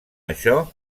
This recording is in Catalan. això